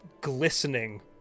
glistening